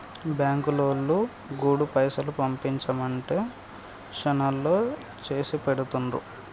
బాంకులోల్లు గూడా పైసలు పంపించుమంటే శనాల్లో చేసిపెడుతుండ్రు